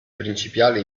principale